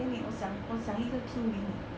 我想我想一个 theme 给你